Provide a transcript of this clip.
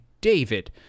david